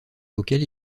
auquel